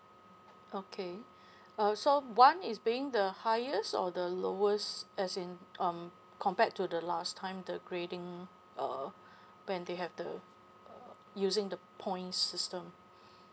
okay uh so one is being the highest or the lowest as in um compared to the last time the grading uh when they have the uh using the points system